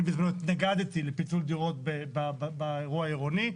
אני התנגדתי לפיצול דירות באירוע העירוני.